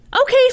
Okay